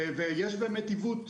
ויש באמת עיוות,